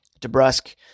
DeBrusque